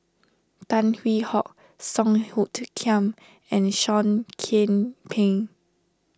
Tan Hwee Hock Song Hoot Kiam and Seah Kian Peng